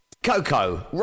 Coco